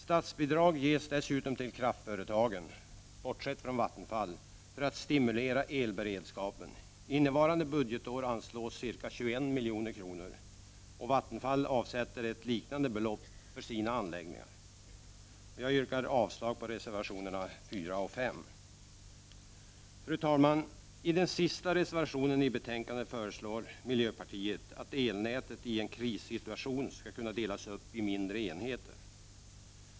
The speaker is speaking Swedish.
Statsbidrag ges dessutom till kraftföretagen — bortsett från Vattenfall — för att stimulera elberedskapen. Innevarande budgetår anslås ca 21 milj.kr. Vattenfall avsätter ett liknande belopp för sina anläggningar. Jag yrkar avslag på reservationerna nr 4 och 5. Fru talman! I den sista reservationen i betänkandet föreslår miljöpartiet att elnätet i en krissituation skall kunna delas upp i mindre enheter.